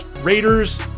Raiders